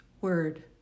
Word